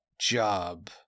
job